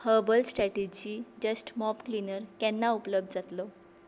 herbal strategy just mop cleaner केन्ना उपलब्ध जातलो